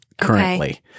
currently